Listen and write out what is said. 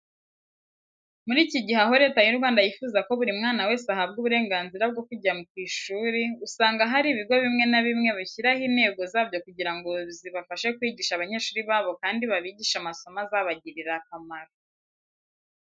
Muri iki gihe aho Leta y'u Rwanda yifuza ko buri mwana wese ahabwa uburenganzira bwo kujya ku ishuri, usanga hari ibigo bimwe na bimwe bishyiraho intego zabyo kugira ngo zibafashe kwigisha abanyeshuri babo kandi babigishe amasomo azabagirira akamaro.